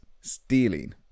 stealing